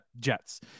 Jets